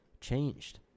changed